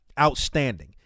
outstanding